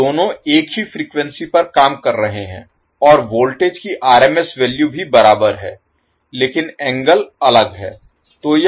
तो दोनों एक ही फ्रीक्वेंसी पर काम कर रहे हैं और वोल्टेज की RMS वैल्यू भी बराबर है लेकिन एंगल अलग है